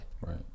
Right